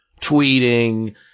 tweeting